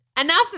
enough